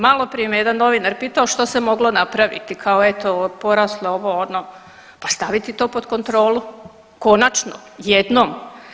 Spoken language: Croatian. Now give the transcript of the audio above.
Maloprije me je jedan novinar pitao što se moglo napraviti kao eto poraslo ovo ono, pa staviti to pod kontrolu konačno jednom.